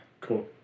Cool